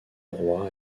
roy